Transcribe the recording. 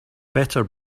better